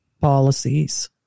policies